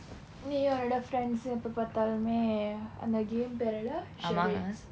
நீ உன்னோட:ni unnoda friends எப்போ பார்த்தாலுமே அந்த:eppo paarthaalume antha game பெயர் என்ன:peyar enna charades